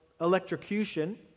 electrocution